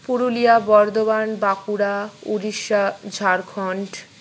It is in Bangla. পুরুলিয়া বর্ধমান বাঁকুড়া উড়িষ্যা ঝাড়খন্ড